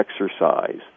Exercise